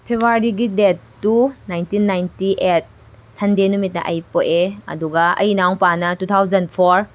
ꯐꯦꯕꯋꯥꯔꯤꯒꯤ date two nineteen ninety eight Sunday ꯅꯨꯃꯤꯠꯇ ꯑꯩ ꯄꯣꯛꯑꯦ ꯑꯗꯨꯒ ꯑꯩ ꯏꯅꯥꯎꯄꯥꯅ ꯇꯨ ꯊꯥꯎꯖꯟ ꯐꯣꯔ